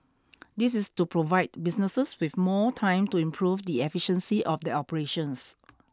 this is to provide businesses with more time to improve the efficiency of their operations